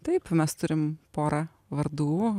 taip mes turim porą vardų